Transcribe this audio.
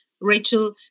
Rachel